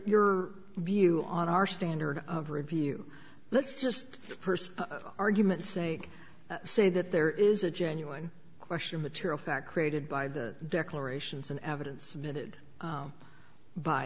your view on our standard of review let's just first argument's sake say that there is a genuine question material fact created by the declarations and evidence minted